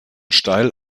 steil